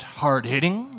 hard-hitting